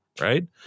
right